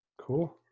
Cool